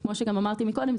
כמו שגם אמרתי קודם,